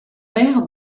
mère